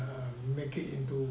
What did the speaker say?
make it into